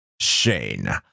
Shane